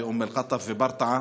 אום אל-קוטוף וברטעה.